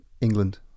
England